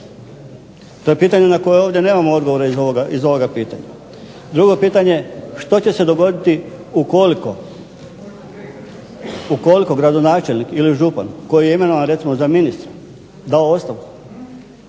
to je pitanje na koje nemamo odgovore iz ovoga pitanja. Drugo pitanje, što će se dogoditi ukoliko gradonačelnik ili župan koji je imenovan recimo za ministara dao ostavku